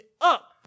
up